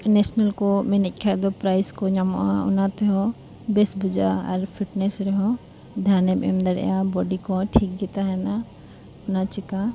national ᱠᱚᱢ ᱮᱱᱮᱡ ᱠᱷᱟᱱ ᱫᱚ ᱯᱨᱟᱭᱤᱡᱽ ᱠᱚ ᱧᱟᱢᱚᱜᱼᱟ ᱚᱱᱟ ᱛᱮᱦᱚᱸ ᱵᱮᱥ ᱵᱩᱡᱷᱟᱹᱜᱼᱟ ᱟᱨ ᱯᱷᱤᱴᱱᱮᱥ ᱨᱮᱦᱚᱸ ᱫᱷᱮᱭᱟᱱᱮᱢ ᱮᱢ ᱫᱟᱲᱮᱭᱟᱜᱼᱟ ᱵᱚᱰᱤ ᱠᱚᱦᱚᱸ ᱴᱷᱤᱠ ᱜᱮ ᱛᱟᱦᱮᱱᱟ ᱚᱱᱟ ᱪᱤᱠᱟᱹ